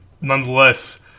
Nonetheless